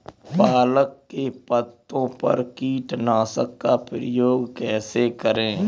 पालक के पत्तों पर कीटनाशक का प्रयोग कैसे करें?